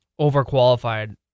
overqualified